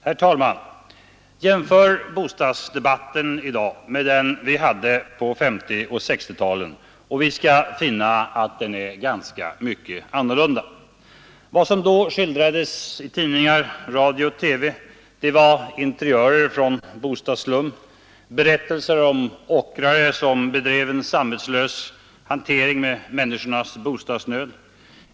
Herr talman! Jämför vi bostadsdebatten i dag med den vi hade på 1950 och 1960-talen skall vi finna att det är helt annorlunda. Vad som då skildrades i tidningar, radio och TV var interiörer från bostadsslum, berättelser om ockrare som bedrev en samvetslös hantering med människornas bostadsnöd.